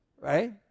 right